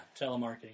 telemarketing